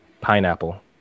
Pineapple